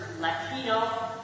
Latino